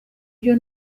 byo